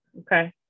Okay